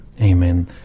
Amen